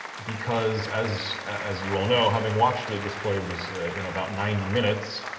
because, as as you all know having watched it, this play was in about ninety minutes,